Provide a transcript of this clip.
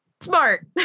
smart